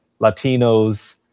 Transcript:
Latinos